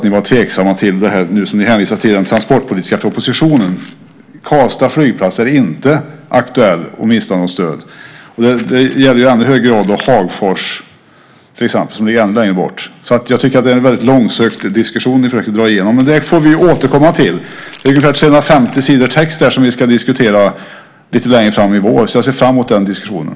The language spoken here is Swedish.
Ni var ju tveksamma till, som det hänvisats till, den transportpolitiska propositionen. Karlstad flygplats är alltså inte aktuell för att mista något stöd. I ännu högre grad gäller det till exempel Hagfors som ligger ännu längre bort. Jag tycker därför att det är en väldigt långsökt diskussion ni försöker dra igenom. Men det där får vi återkomma till. Det är ungefär 350 sidor text som vi ska diskutera lite längre fram i vår. Jag ser fram emot den diskussionen.